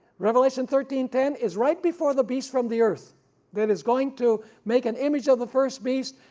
revelation thirteen ten is right before the beast from the earth that is going to make an image of the first beast,